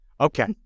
Okay